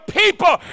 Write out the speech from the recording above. people